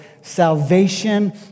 salvation